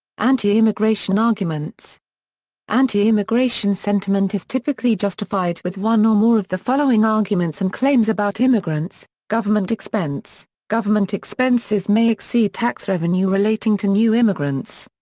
anti-immigration arguments anti-immigration sentiment is typically justified with one or more of the following arguments and claims about immigrants government expense government expenses may exceed tax revenue relating to new immigrants.